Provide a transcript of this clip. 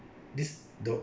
this the